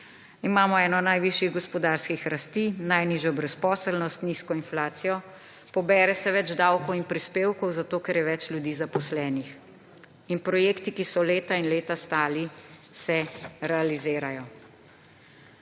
Imamo eno najvišjih gospodarskih rasti, najnižjo brezposelnost, nizko inflacijo, pobere se več davkov in prispevkov, ker je več ljudi zaposlenih, in projekti, ki so leta in leta stali, se realizirajo.